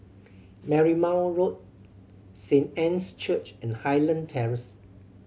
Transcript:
Marymount Road Saint Anne's Church and Highland Terrace